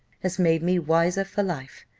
has made me wiser for life.